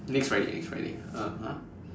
next Friday next Friday um !huh!